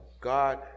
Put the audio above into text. God